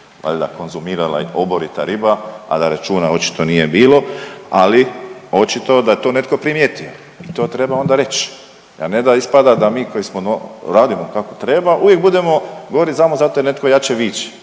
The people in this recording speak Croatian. valjda konzumirala i oborita riba, a da računa očito nije bilo, ali očito je da je to netko primijetio i to treba onda reć, a ne da ispada da mi koji smo no… radimo kako treba uvijek budemo govori samo zato jer netko jače viče.